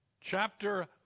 Chapter